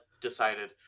decided